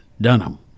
Dunham